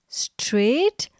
straight